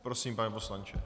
Prosím, pane poslanče.